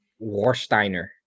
Warsteiner